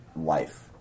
life